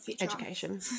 education